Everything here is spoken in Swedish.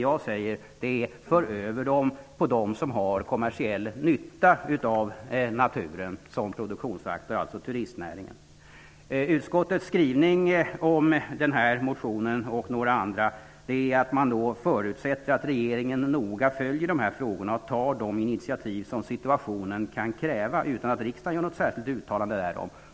Jag säger: För över dem på den som har kommersiell nytta av naturen som produktionsfaktor, alltså turistnäringen! Utskottets skrivning om den här motionen och några andra innebär att man förutsätter att regeringen noga följer dessa frågor och tar de initiativ som situationen kan kräva utan att riksdagen gör något särskilt uttalande därom.